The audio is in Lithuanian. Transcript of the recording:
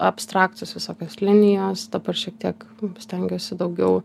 abstraktūs visokios linijos dabar šiek tiek stengiuosi daugiau